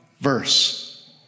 verse